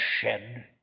shed